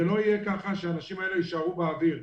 לא יהיה שהאנשים האלה יישארו באוויר.